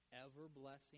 ever-blessing